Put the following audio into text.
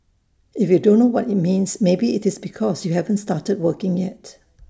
if you don't know what IT means maybe IT is because you haven't started working yet